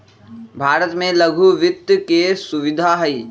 भारत में लघु वित्त के सुविधा हई